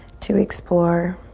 to explore